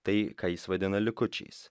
tai ką jis vadina likučiais